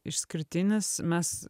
išskirtinis mes